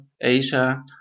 Asia